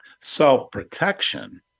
Self-protection